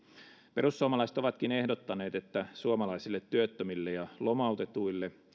perussuomalaiset ovatkin ehdottaneet että suomalaisille työttömille ja lomautetuille